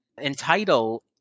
entitle